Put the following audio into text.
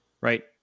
right